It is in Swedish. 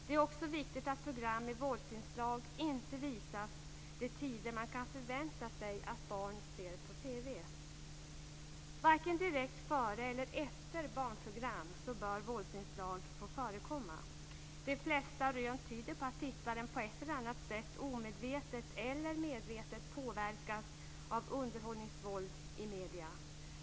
Det är också viktigt att program med våldsinslag inte visas de tider man kan förvänta sig att barn ser på TV. Varken direkt före eller efter barnprogram bör våldsinslag få förekomma. De flesta rön tyder på att tittaren på ett eller annat sätt omedvetet eller medvetet påverkas av underhållningsvåld i medierna.